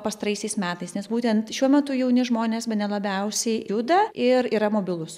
pastaraisiais metais nes būtent šiuo metu jauni žmonės bene labiausiai juda ir yra mobilūs